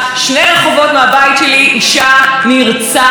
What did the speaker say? כמה רחובות מהבית שלי עוד אישה נרצחת.